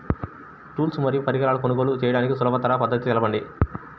Tools మరియు పరికరాలను కొనుగోలు చేయడానికి సులభ పద్దతి తెలపండి?